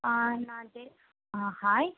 ஆ நான் டே ஆ ஹாய்